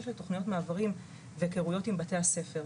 של תוכניות מעברים והיכרויות עם בית הספר.